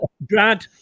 Brad